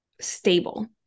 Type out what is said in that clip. stable